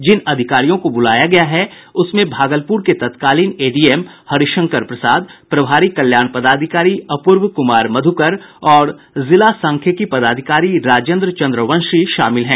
जिन अधिकारियों को बुलाया गया है उसमें भागलपुर के तत्कालीन एडीएम हरिशंकर प्रसाद प्रभारी कल्याण पदाधिकारी अपूर्व कुमार मधुकर और जिला सांख्यिकी पदाधिकारी राजेन्द्र चंद्रवंशी शामिल हैं